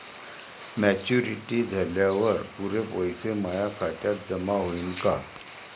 Maturity झाल्यावर पुरे पैसे माया खात्यावर जमा होईन का?